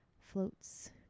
floats